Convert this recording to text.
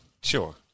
Sure